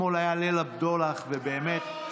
אתמול היה ליל הבדולח, ובאמת, גם לא ראוי